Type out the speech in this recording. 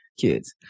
kids